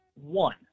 One